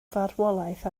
farwolaeth